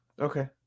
Okay